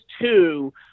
two